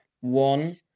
one